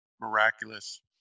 miraculous